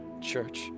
Church